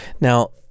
now